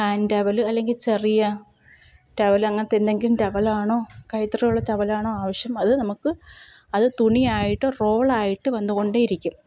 hand towel അല്ലെങ്കിൽ ചെറിയ towel അങ്ങനത്തെ എന്തെങ്കിലും ടൗവലാണോ കൈത്തറിയുള്ള ടൗവലാണോ ആവിശ്യം അത് നമുക്ക് അത് തുണിയായിട്ട് റോളായിട്ട് വന്നുകൊണ്ടേ ഇരിക്കും